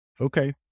Okay